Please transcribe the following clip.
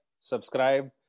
subscribe